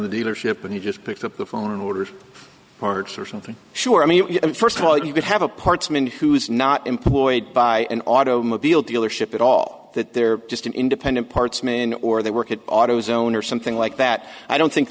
the dealership and he just picked up the phone and ordered parts or something sure i mean first of all you could have a parts man who's not employed by an auto movil dealership at all that they're just an independent parts made in or they work at auto zone or something like that i don't think